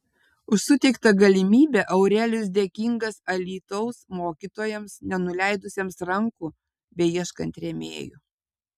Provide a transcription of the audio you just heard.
už suteiktą galimybę aurelijus dėkingas alytaus mokytojams nenuleidusiems rankų beieškant rėmėjų